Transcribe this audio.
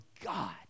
God